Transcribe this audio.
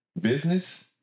business